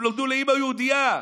הם נולדו לאימא יהודייה.